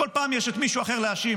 כל פעם יש את מישהו אחר להאשים,